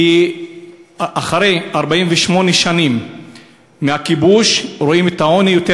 כי אחרי 48 שנים של כיבוש רואים את העוני: יותר